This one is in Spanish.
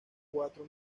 cuatro